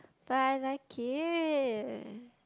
but I like it